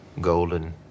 golden